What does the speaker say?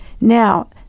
Now